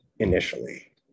Initially